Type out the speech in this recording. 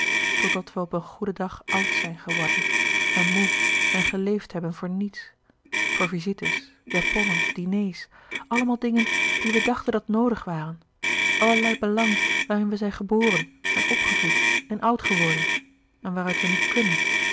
totdat wij op een goeden dag oud zijn geworden en moê en geleefd hebben voor niets voor visites japonnen louis couperus de boeken der kleine zielen diners allemaal dingen die wij dachten dat noodig waren allerlei belang waarin wij zijn geboren en opgevoed en oud geworden en waaruit wij niet kunnen